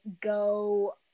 go